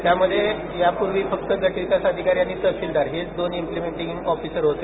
त्यामध्ये यापूर्वी फक्त गटविकास आधकारी आणि तहसीलदार हेच दोन इंप्लिमेंटींग ऑफिसर होते